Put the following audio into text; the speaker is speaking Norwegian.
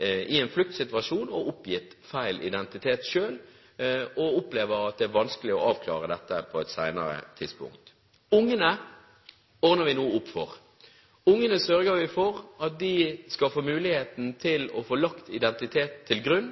i en fluktsituasjon og oppgitt feil identitet selv, og opplever at det er vanskelig å avklare dette på et senere tidspunkt. Ungene ordner vi nå opp for. Vi sørger for at ungene skal få muligheten til å få lagt identitet til grunn.